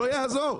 לא יעזור.